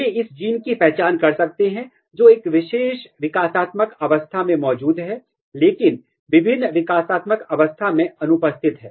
वे उस जीन की पहचान कर सकते हैं जो एक विशेष विकासात्मक अवस्था में मौजूद है लेकिन विभिन्न विकासात्मक अवस्था में अनुपस्थित है